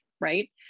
right